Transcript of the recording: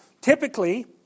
typically